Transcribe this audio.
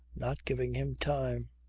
not giving him time!